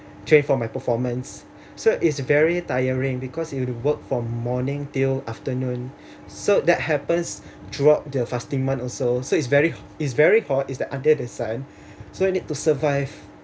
train for my performance so is very tiring because it work from morning till afternoon so that happens throughout the fasting month also so is very is very hot is like under the sun so you need to survive